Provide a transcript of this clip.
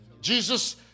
Jesus